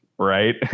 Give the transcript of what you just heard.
Right